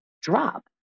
drop